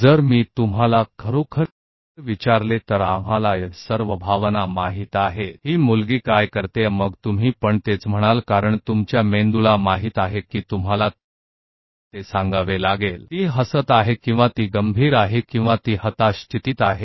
जो यह है वे इन सभी भावनाओं को जानते हैं अगर मैं आपसे पूछूं कि वास्तव में यह कहने के लिए कि यह लड़की क्या कर रही है तो आप वही कहें क्योंकि आपका दिमाग यह जानता है आपको यह बताना होगा कि वह मुस्कुरा रही है या यह गंभीर है या वह निराश जनक स्थिति में है